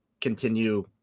continue